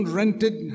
rented